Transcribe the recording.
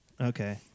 Okay